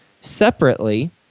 Separately